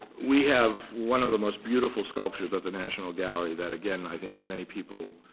we have one of the most beautiful sculptures at the national gallery that, again, i think many people